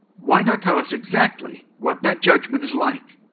why not tell us exactly what that judgment is like?